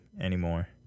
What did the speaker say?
anymore